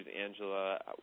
Angela